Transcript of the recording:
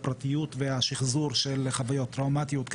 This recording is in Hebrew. שזה אפילו יותר מנגיש את האלימות.